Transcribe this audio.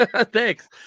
Thanks